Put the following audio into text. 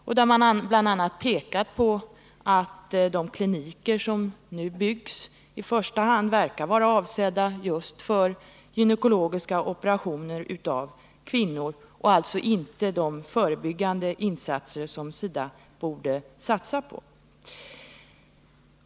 Där pekar man bl.a. på att de kliniker som nu byggs verkar vara avsedda i första hand för gynekologiska operationer på kvinnor — och alltså inte för de förebyggande insatser som SIDA borde satsa på.